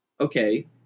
okay